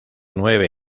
nueve